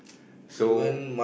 so